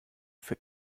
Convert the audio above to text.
für